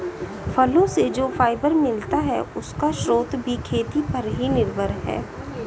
फलो से जो फाइबर मिलता है, उसका स्रोत भी खेती पर ही निर्भर है